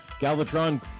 Galvatron